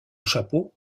chapeau